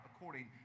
according